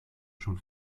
schon